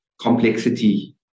complexity